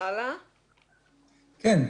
שלום.